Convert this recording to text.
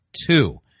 Two